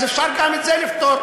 אפשר גם את זה לפתור,